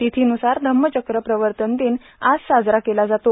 तिथीन्रसार धम्मचक प्रवर्तन दिन आज साजरा केला जातो